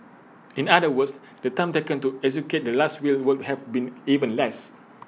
in other words the time taken to execute the Last Will would have been even less